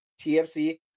TFC